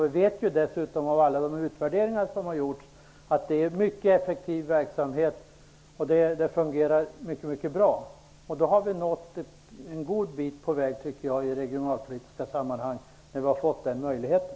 Vi vet dessutom av alla utvärderingar som har gjorts att det är en mycket effektiv verksamhet, och att den fungerar mycket bra. Vi har nått en god bit på väg i regionalpolitiska sammanhang, tycker jag, när vi har fått den möjligheten.